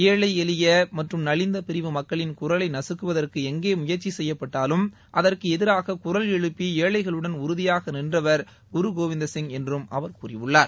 ஏஎழஎளிய மற்றும் நலிந்த பிரிவு மக்களின் குரலை நகக்குவதற்கு எங்கே முயற்சி செய்யப்பட்டாலும் அதற்கு எதிராக குரல் எழுப்பி ஏழைகளுடன் உறுதியாக நின்றவர் குருகோவிந்த் சிங் என்றும் அவர் கூறியுள்ளார்